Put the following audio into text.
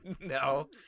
No